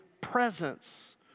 presence